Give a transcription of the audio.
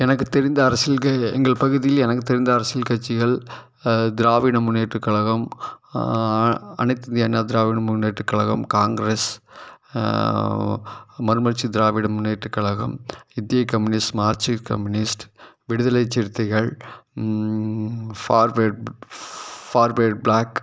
எனக்குத் தெரிந்த அரசியல் க எங்கள் பகுதியில் எனக்குத் தெரிந்த அரசியல் கட்சிகள் திராவிட முன்னேற்ற கழகம் அனைத்து இந்திய அண்ணா திராவிட முன்னேற்றக் கழகம் காங்கிரஸ் மறுமலர்ச்சி திராவிட முன்னேற்றக் கழகம் இந்திய Communist Marxist Communist Viduthalai Siruthaigal Forward Forward block